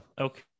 okay